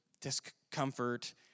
discomfort